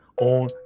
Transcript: on